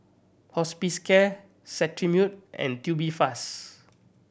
Hospicare Cetrimide and Tubifast